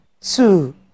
two